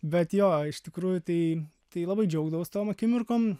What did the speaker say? bet jo iš tikrųjų tai tai labai džiaugdavaus tom akimirkom